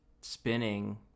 spinning